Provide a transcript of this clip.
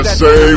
say